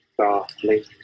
softly